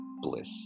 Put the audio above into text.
bliss